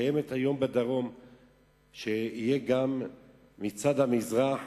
שקיימת היום בדרום תהיה גם מצד מזרח